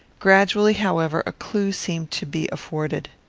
gradually, however, a clue seemed to be afforded.